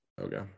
Okay